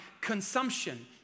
consumption